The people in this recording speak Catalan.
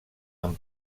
amb